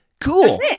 Cool